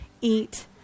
eat